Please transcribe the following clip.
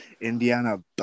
Indiana